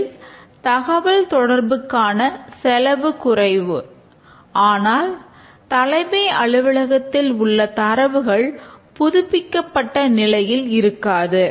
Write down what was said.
இதில் தகவல் தொடர்புக்கான செலவு குறைவு ஆனால் தலைமை அலுவலகத்தில் உள்ள தரவுகள் புதுப்பிக்கப்பட்ட நிலையில் இருக்காது